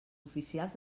oficials